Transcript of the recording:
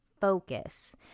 focus